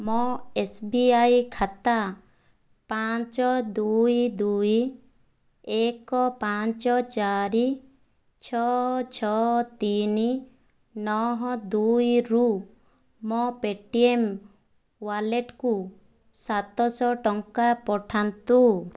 ମୋ S B I ଖାତା ପାଞ୍ଚ ଦୁଇ ଦୁଇ ଏକ ପାଞ୍ଚ ଚାରି ଛଅ ଛଅ ତିନି ନଅ ଦୁଇ ରୁ ମୋ ପେଟିଏମ୍ ୱାଲେଟକୁ ସାତ ଶହ ଟଙ୍କା ପଠାନ୍ତୁ